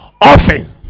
often